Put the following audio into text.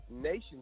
Nation